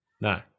No